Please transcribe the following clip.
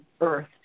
earth